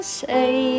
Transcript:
say